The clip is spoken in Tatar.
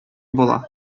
була